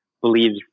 believes